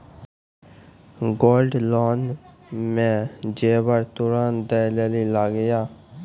Gold loan मे जेबर तुरंत दै लेली लागेया?